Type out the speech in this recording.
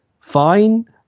fine